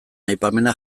aipamena